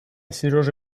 сережа